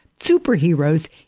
superheroes